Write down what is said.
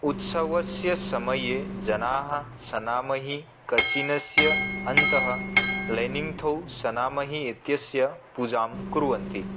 उत्सवस्य समये जनाः सनामहि कचिनस्य अन्तः लेनिन्थौ सनामहि इत्यस्य पूजां कुर्वन्ति